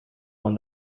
one